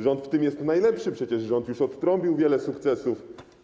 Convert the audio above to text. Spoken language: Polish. Rząd w tym jest najlepszy, przecież rząd już odtrąbił wiele sukcesów: